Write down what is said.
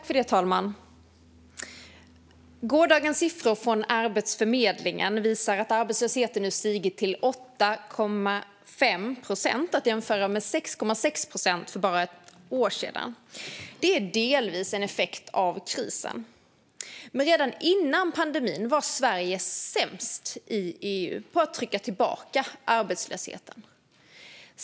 Fru talman! Gårdagens siffror från Arbetsförmedlingen visar att arbetslösheten nu har stigit till 8,5 procent. Det ska jämföras med 6,6 procent för bara ett år sedan. Det är delvis en effekt av krisen. Redan före pandemin var Sverige dock sämst i EU på att trycka tillbaka arbetslösheten.